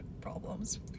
problems